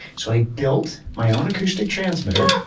so i built my own acoustic transmitter